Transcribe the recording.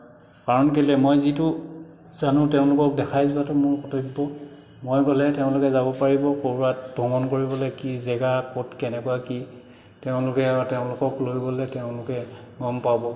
কাৰণ কেলেই মই যিটো জানো তেওঁলোকক দেখাই যোৱাটো মোৰ কৰ্তব্য মই গ'লেহে তেওঁলোকে যাব পাৰিব ক'ৰবাত ভ্ৰমণ কৰিবলৈ কি জেগা ক'ত কেনেকুৱা কি তেওঁলোকে তেওঁলোকক লৈ গ'লে তেওঁলোকে গম পাব